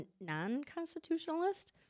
non-constitutionalist